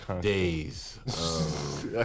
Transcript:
Days